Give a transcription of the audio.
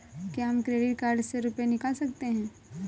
क्या हम credit card से रुपये निकाल सकते हैं?